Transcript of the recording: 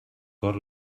cor